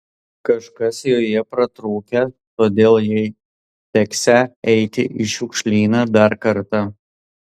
kažkas joje pratrūkę todėl jai teksią eiti į šiukšlyną dar kartą